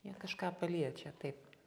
jie kažką paliečia taip